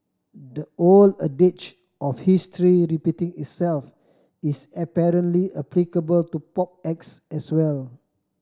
the old adage of history repeating itself is apparently applicable to pop acts as well